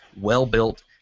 well-built